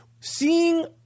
seeing